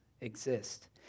exist